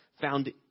found